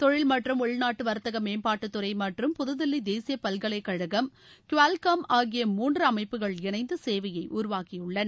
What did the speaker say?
தொழில் மற்றும் உள்நாட்டு வர்த்தக மேம்பாட்டுத் துறை மற்றும் புதுதில்லி தேசிய பல்கலைக்கழகம் கோயில் கேம் ஆகிய மூன்று அமைப்புகள் இணைந்து சேவையை உருவாக்கியுள்ளன